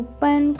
Open